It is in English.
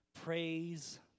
Praise